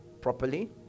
properly